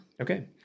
Okay